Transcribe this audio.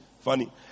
funny